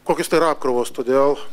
kokios tai yra apkrovos todėl